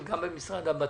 וגם במשרד לבט"פ,